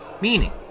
Meaning